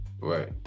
right